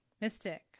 Mystic